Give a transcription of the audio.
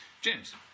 James